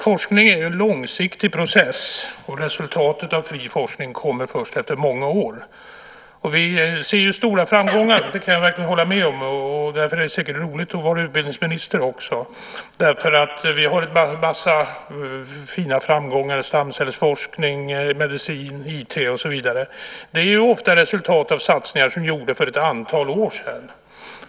Forskning är en långsiktig process, och resultatet av fri forskning kommer först efter många år. Vi ser stora framgångar - det kan jag verkligen hålla med om - och därför är det säkert roligt att vara utbildningsminister. Vi har ju en massa fina framgångar när det gäller stamcellsforskning, medicin, IT, och så vidare. Det är ofta resultat av satsningar som är gjorda för ett antal år sedan.